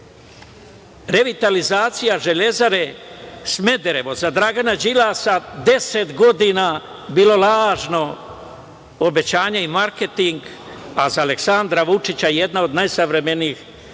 revitalizacija „Železare Smederevo“ za Dragana Đilasa 10 godina bilo lažno obećanje i marketing, a za Aleksandra Vučića jedna od najsavremenijih sada